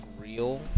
real